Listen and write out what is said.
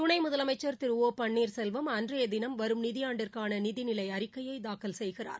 துணை முதலமைச்சர் திரு ஒபன்னீர்செல்வம் அன்றைய தினம் வரும் நிதியாண்டிற்கான நிதிநிலை அறிக்கையை தாக்கல் செய்கிறார்